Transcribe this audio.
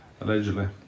Allegedly